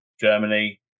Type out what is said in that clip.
Germany